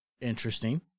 Interesting